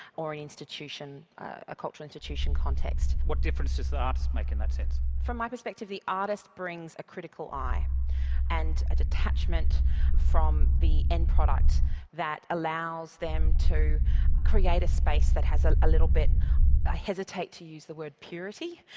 or in an institution a cultural institution context what difference does the artist make in that sense? from my perspective, the artist brings a critical eye and a detachment from the end product that allows them to create a space that has a a little bit i hesitate to use the word purity,